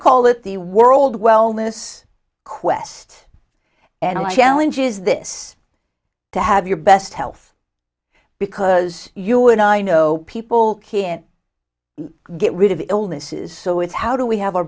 call it the world wellness quest and challenge is this to have your best health because you and i know people can't get rid of illnesses so it's how do we have our